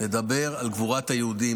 לדבר על גבורת היהודים.